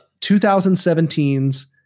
2017's